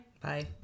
Bye